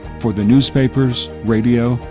for the newspapers, radio,